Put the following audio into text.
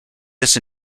this